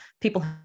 people